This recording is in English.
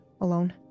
alone